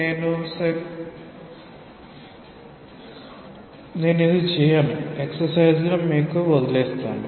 నేను స్వయంగా చేయను ఎక్సర్సైస్ గా మీ మీకు వదిలివేస్తాను